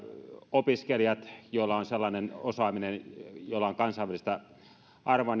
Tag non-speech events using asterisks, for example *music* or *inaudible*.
opiskelijat joilla on sellainen osaaminen jolla on kansainvälistä arvoa *unintelligible*